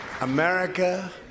America